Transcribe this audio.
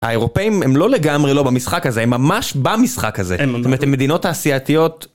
האירופאים הם לא לגמרי לא במשחק הזה, הם ממש במשחק הזה, זאת אומרת, הם מדינות תעשייתיות.